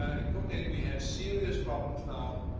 ah in copenhagen we had serious problems now,